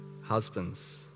husbands